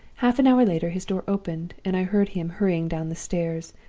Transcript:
half an hour later his door opened, and i heard him hurrying down the stairs.